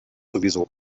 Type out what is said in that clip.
sowieso